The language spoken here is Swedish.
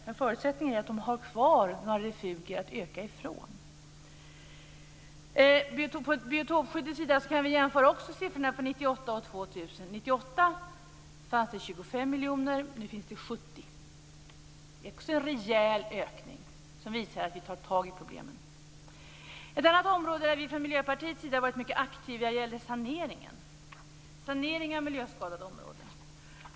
Men förutsättningen är att de har kvar några refugier att öka ifrån. På biotopskyddets sida kan vi också jämföra siffrorna för 1998 och 2000. 1998 fanns det 25 miljoner, nu finns det 70 miljoner. Det är också en rejäl ökning, som visar att vi tar tag i problemen. Ett annat område där vi från Miljöpartiets sida har varit mycket aktiva gäller saneringen av miljöskadade områden.